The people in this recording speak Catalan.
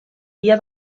dia